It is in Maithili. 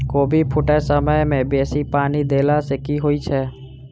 कोबी फूटै समय मे बेसी पानि देला सऽ की होइ छै?